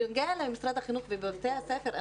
בנוגע למשרד החינוך ובתי הספר,